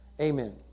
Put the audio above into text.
Amen